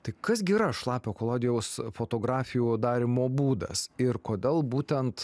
tai kas gi yra šlapio kolodijaus fotografijų darymo būdas ir kodėl būtent